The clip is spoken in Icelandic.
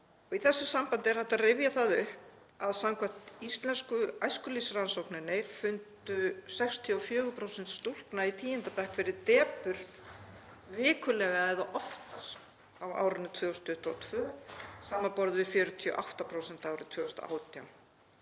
Í þessu sambandi er hægt að rifja upp að samkvæmt íslensku æskulýðsrannsókninni fundu 64% stúlkna í 10. bekk fyrir depurð vikulega eða oftar á árinu 2022, samanborið við 48% árið 2018.